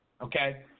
okay